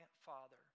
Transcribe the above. father